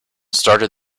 started